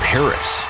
Paris